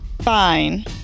fine